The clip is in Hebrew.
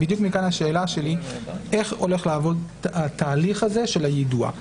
בדיוק מכאן השאלה שלי איך הולך לעבוד התהליך הזה של היידוע?